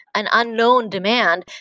an unknown demand,